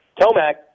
Tomac